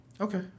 Okay